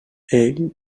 ell